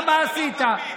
מה עשית?